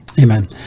amen